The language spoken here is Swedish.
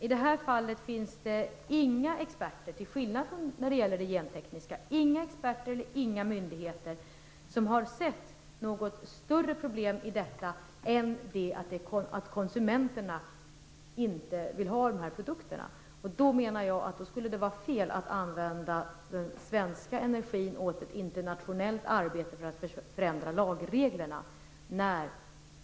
I det här fallet finns det inga experter, till skillnad från det gentekniska området, eller myndigheter som har sett något större problem än det att konsumenterna inte vill ha produkterna. Det skulle vara fel att använda svensk energi åt ett internationellt arbete för att förändra lagreglerna.